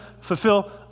fulfill